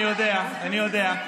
אני יודע, אני יודע.